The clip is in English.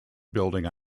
building